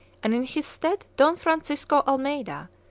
and in his stead dom francisco almeida,